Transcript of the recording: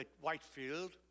Whitefield